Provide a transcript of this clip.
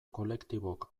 kolektibok